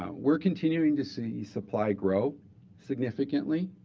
we're continuing to see supply grow significantly.